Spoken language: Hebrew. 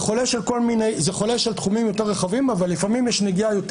זה חולש על תחומים יותר רחבים אבל לפעמים יש נגיעה יותר